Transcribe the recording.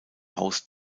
haus